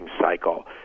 cycle